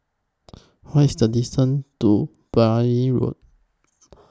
What IS The distance to Beaulieu Road